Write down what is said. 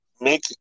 make